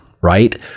Right